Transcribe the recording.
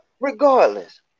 regardless